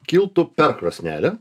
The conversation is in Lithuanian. kiltų per krosnelę